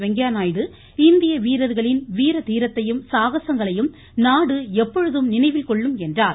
வெங்கய்ய நாயுடு இந்திய வீரர்களின் வீர தீரத்தையும் சாகசங்களையும் நாடு எப்பொழுதும் நினைவில் கொள்ளும் என்றார்